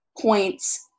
points